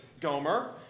Gomer